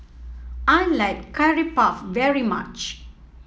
I like Curry Puff very much